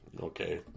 Okay